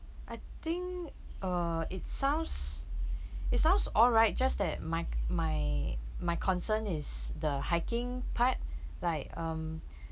I think uh it sounds it sounds alright just that my my my concern is the hiking part like um